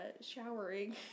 showering